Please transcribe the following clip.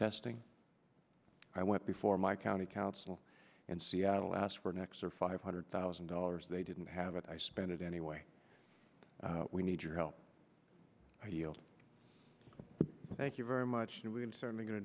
testing i went before my county council and seattle asked for an x or five hundred thousand dollars they didn't have it i spend it anyway we need your help thank you very much i'm certainly going to